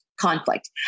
Conflict